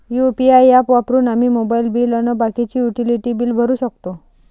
UPI app वापरून आम्ही mobile bill अन बाकीचे युटिलिटी बिल भरू शकतो